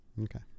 okay